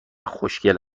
خوشگل